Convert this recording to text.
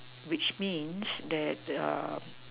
which means that um